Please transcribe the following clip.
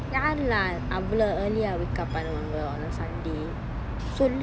யாரு:yaaru lah அவ்வளவு:avvalavu early ah wake up பண்ணுவாங்க:pannuvanga on a sunday